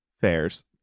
fairs